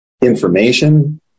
information